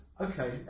Okay